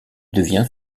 devient